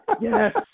yes